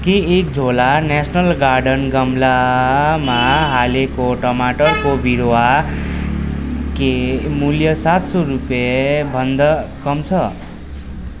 के एक झोला नेसनल गार्डन गमलामा हालेको टमाटरको बिरुवा के मूल्य सात सौ रुपियाँ भन्दा कम छ